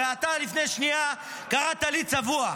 הרי לפני שנייה אתה קראת לי צבוע.